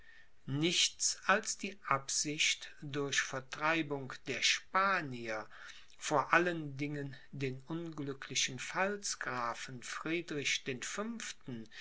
nichts als die absicht durch vertreibung der spanier vor allen dingen den unglücklichen pfalzgrafen friedrich den fünften